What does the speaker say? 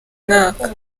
mwaka